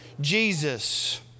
Jesus